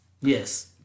Yes